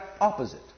opposite